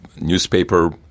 newspaper